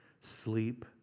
sleep